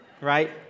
right